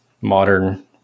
modern